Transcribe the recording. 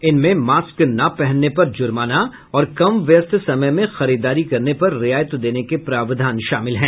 इनमें मास्क न पहनने पर जुर्माना और कम व्यस्त समय में खरीदारी करने पर रियायत देने के प्रावधान शामिल है